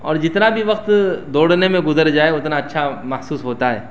اور جتنا بھی وقت دوڑنے میں گزر جائے اتنا اچھا محسوس ہوتا ہے